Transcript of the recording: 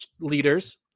leaders